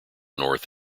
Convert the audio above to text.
north